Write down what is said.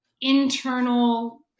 internal